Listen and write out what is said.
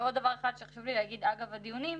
ועוד דבר אחד שחשוב לי להגיד אגב הדיונים,